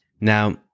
Now